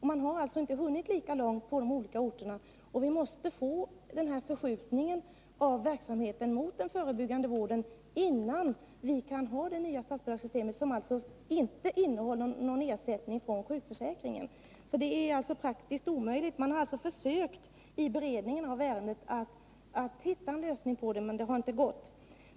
Man har inte hunnit lika långt på alla orter, och vi måste få den här förskjutningen av verksamheten mot den förebyggande vården, innan vi kan ha det nya statsbidragssystemet, som alltså inte innehåller någon ersättning från sjukförsäkringen. Det är alltså praktiskt taget omöjligt. Man har vid beredningen av ärendet försökt att finna en lösning, men det har inte lyckats.